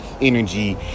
energy